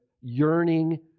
yearning